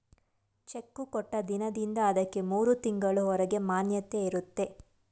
cheque ಕೊಟ್ಟ ದಿನದಿಂದ ಅದಕ್ಕೆ ಮೂರು ತಿಂಗಳು ಹೊರಗೆ ಮಾನ್ಯತೆ ಇರುತ್ತೆ